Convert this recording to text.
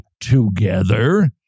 together